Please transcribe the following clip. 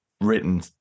written